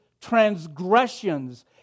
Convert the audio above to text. transgressions